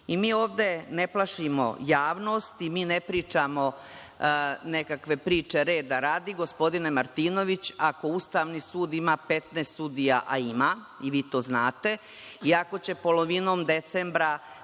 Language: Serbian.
zna. Mi ovde ne plašimo javnost, mi ne pričamo nekakve priče reda radi. Gospodine Martinović, ako Ustavni sud ima 15 sudija, a ima, i vi to znate, i ako će polovinom decembra